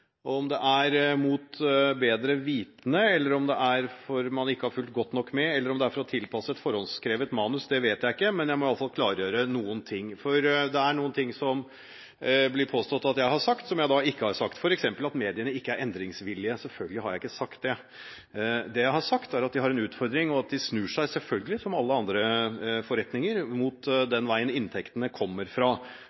Om det er mot bedre vitende, om det er fordi man ikke har fulgt godt nok med, eller om det er for å tilpasse seg et på forhånd skrevet manus vet jeg ikke, men jeg må i alle fall klargjøre noen ting. Det er noen ting som det blir påstått at jeg har sagt, som jeg ikke har sagt, f.eks. at mediene ikke er endringsvillige. Selvfølgelig har jeg ikke sagt det. Det jeg har sagt, er at de har en utfordring, og at de selvfølgelig snur seg – som alle andre forretninger – mot